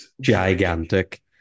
gigantic